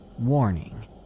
warning